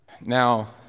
Now